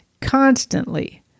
constantly